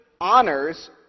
honors